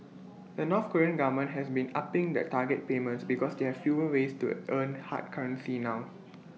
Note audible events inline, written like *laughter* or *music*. *noise* the north Korean government has been upping the target payments because they have fewer ways to earn hard currency now *noise*